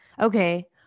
Okay